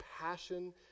passion